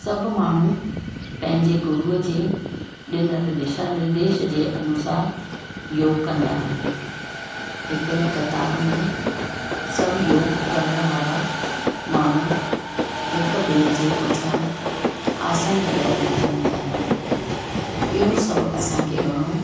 सभु माण्हू पंहिंजे गुरूअ जे ॾिनल दिशानिर्देश जे अनुसार योग कंदा आहिनि हिकु ई कतार में सभु योग करण वारा माण्हू हिक ॿिए जे पुठियां आसन लॻाए वेठा हूंदा आहिनि इहे सभु असांखे घणो